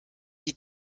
die